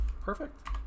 perfect